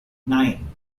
nine